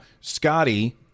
Scotty